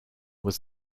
was